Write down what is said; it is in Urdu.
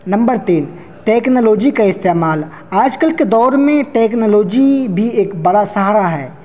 نمبر تین ٹکنالوجی کا استعمال آج کل کے دور میں ٹکنالوجی بھی ایک بڑا سہارا ہے